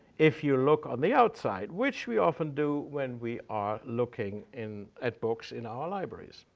if you look on the outside, which we often do when we are looking in at books in our libraries.